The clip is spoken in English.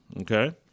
Okay